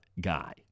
guy